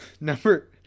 Number